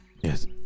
Yes